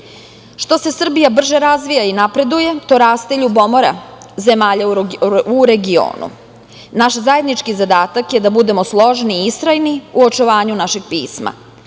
se Srbija brže razvija i napreduje, to raste ljubomora zemalja u regionu. Naš zajednički zadatak je da budemo složni i istrajni u očuvanju našeg pisma.